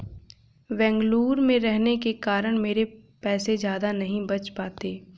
बेंगलुरु में रहने के कारण मेरे पैसे ज्यादा नहीं बच पाते